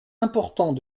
important